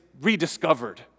rediscovered